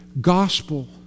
gospel